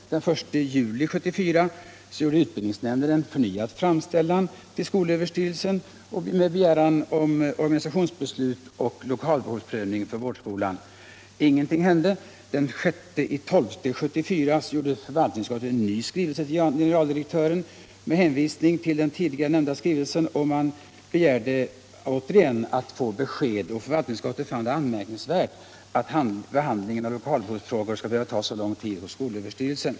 Den 1 juli 1974 gjorde utbildningsnämnden en förnyad framställning till skolöverstyrelsen med begäran om organisationsbeslut och lokalbehovsprövning för vårdskolan. Ingenting hände. Den 6 december 1974 sände förvaltningsutskottet en ny skrivelse till generaldirektören med hänvisning till den tidigare skrivelsen. Man begärde åter att få besked. Förvaltningsutskottet fann det anmärkningsvärt att behandlingen av lokalbehovsfrågor skulle behöva ta så lång tid för skolöverstyrelsen.